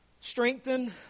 Strengthen